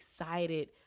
excited